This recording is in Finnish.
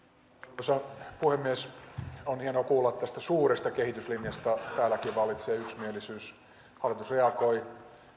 arvoisa puhemies on hienoa kuulla että tästä suuresta kehityslinjasta täälläkin vallitsee yksimielisyys hallitus reagoi